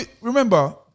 remember